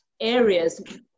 areas